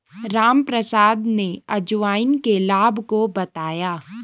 रामप्रसाद ने अजवाइन के लाभ को बताया